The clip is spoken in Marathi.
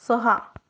सहा